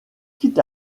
quitte